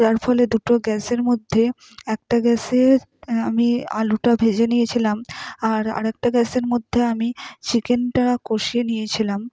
যার ফলে দুটো গ্যাসের মধ্যে একটা গ্যাসে আমি আলুটা ভেজে নিয়েছিলাম আর আরেকটা গ্যাসের মধ্যে আমি চিকেনটা কষিয়ে নিয়েছিলাম